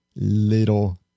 little